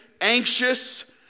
anxious